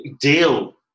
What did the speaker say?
deal